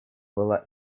было